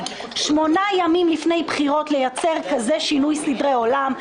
8 ימים לפני בחירות לייצר כזה שינוי סדרי עולם,